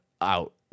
out